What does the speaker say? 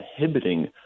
inhibiting